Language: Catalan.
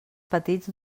petits